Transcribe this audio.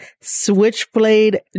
Switchblade